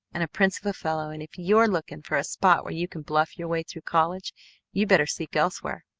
and a prince of a fellow and if you're looking for a spot where you can bluff your way through college you better seek elsewhere.